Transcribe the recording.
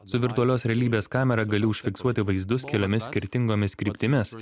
su virtualios realybės kamera gali užfiksuoti vaizdus keliomis skirtingomis kryptimis